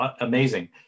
amazing